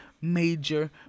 major